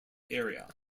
area